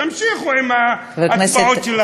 תמשיכו עם ההצבעות שלכם.